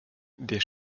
der